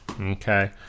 Okay